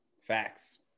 facts